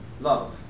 Love